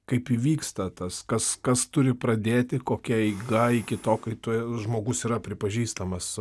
kaip įvyksta tas kas kas turi pradėti kokia eiga iki to kai tu žmogus yra pripažįstamas